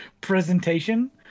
presentation